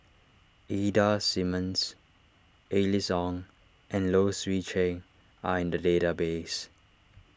Ida Simmons Alice Ong and Low Swee Chen are in the database